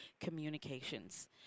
Communications